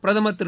பிரதமர் திரு